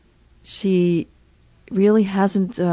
she really hasn't